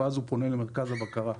ואז הוא פונה למרכז הבקרה.